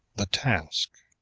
the task.